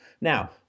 Now